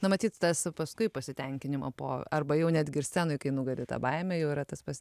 na matyt tas paskui pasitenkinimą po arba jau netgi ir scenoj kai nugali tą baimę jau yra tas pats